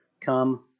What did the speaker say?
come